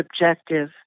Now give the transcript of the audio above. objective